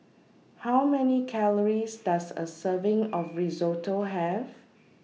How Many Calories Does A Serving of Risotto Have